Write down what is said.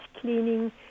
cleaning